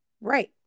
right